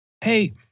Hey